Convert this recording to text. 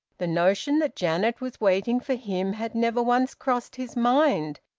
the notion that janet was waiting for him had never once crossed his mind.